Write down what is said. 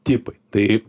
tipai tai